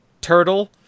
turtle